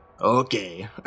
Okay